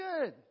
good